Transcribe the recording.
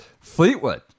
Fleetwood